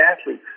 athletes